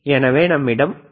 எனவே நம்மிடம் டி